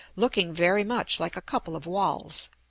looking very much like a couple of walls.